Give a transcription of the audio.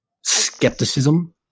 skepticism